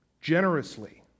generously